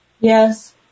Yes